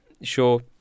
Sure